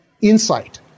insight